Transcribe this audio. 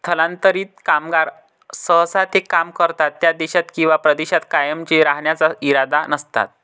स्थलांतरित कामगार सहसा ते काम करतात त्या देशात किंवा प्रदेशात कायमचे राहण्याचा इरादा नसतात